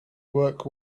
work